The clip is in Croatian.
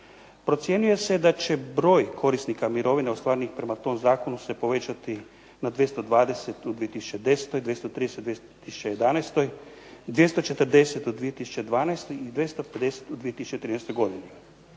Procjenjuje se da će broj korisnika mirovine ostvarenih prema tom zakonu se povećati na 220 u 2010., 230 u 2011., 240 u 2012. i 250 u 2013. godini.